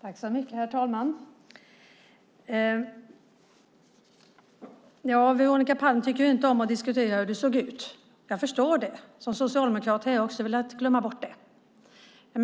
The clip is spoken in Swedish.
Herr ålderspresident! Veronica Palm tycker inte om att diskutera hur det såg ut. Jag förstår det. Som socialdemokrat hade jag också velat glömma bort det.